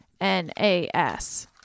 N-A-S